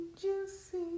juicy